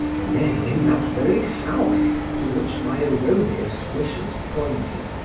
nay, in that very house to which my erroneous wishes pointed,